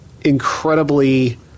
incredibly